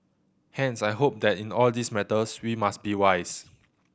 hence I hope that in all these matters we must be wise